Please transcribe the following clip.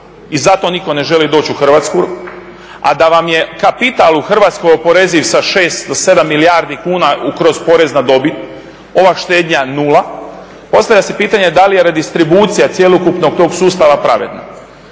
i zato nitko ne želi doći u Hrvatsku a da vam je kapital u Hrvatskoj oporeziv sa 6 do 7 milijardi kuna kroz porez ova štednja nula postavlja se pitanje da li je redistribucija cjelokupnog tog sustava pravedna.